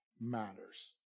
matters